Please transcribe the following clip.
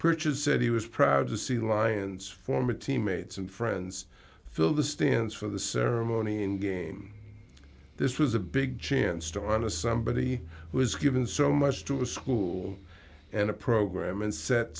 purchase said he was proud to see lions former teammates and friends fill the stands for the ceremony and game this was a big chance to run a somebody who has given so much to a school and a program and set